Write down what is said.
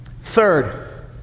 Third